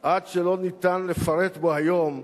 עד שאי-אפשר לפרט בו היום,